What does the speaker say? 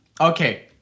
Okay